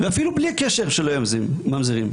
ואפילו בלי קשר לכך שלא יהיו ממזרים,